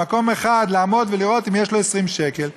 במקום אחד לעמוד ולראות אם יש לו 20 שקל.